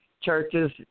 churches